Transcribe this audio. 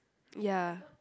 ya